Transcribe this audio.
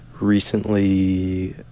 Recently